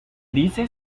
dice